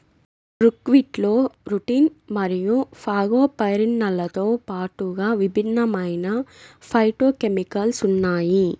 బుక్వీట్లో రుటిన్ మరియు ఫాగోపైరిన్లతో పాటుగా విభిన్నమైన ఫైటోకెమికల్స్ ఉన్నాయి